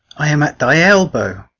i am at thy elbow.